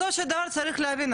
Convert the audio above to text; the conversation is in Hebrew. בסופו של דבר צריך להבין,